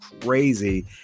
crazy